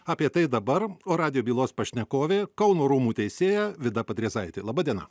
apie tai dabar o radijo bylos pašnekovė kauno rūmų teisėja vida padrėsaitė laba diena